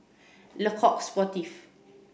Le Coq Sportif